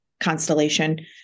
constellation